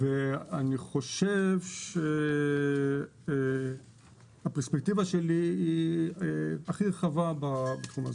אני חושב שהפרספקטיבה שלי היא הכי רחבה בתחום הזה.